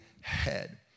head